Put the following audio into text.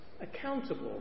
accountable